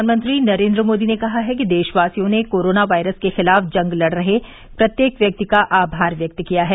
प्रधानमंत्री नरेंद्र मोदी ने कहा है कि देशवासियों ने कोरोना वायरस के खिलाफ जंग लड़ रहे प्रत्येक व्यक्ति का आभार व्यक्त किया है